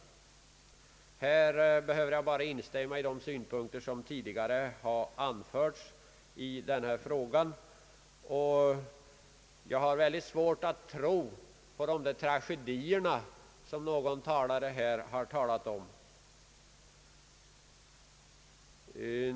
Jag behöver bara instämma i de synpunkter som tidigare har anförts, och jag har väldigt svårt att tro på de tragedier som någon här har talat om.